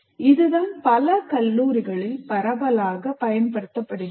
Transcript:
இதுதான் பல கல்லூரிகளில் பரவலாகப் பயன்படுத்தப்படுகிறது